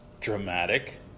dramatic